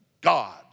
God